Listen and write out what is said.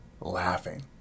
laughing